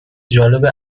جالب